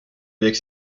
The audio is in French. avec